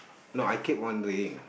no I keep wondering